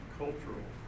cultural